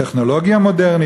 טכנולוגיה מודרנית,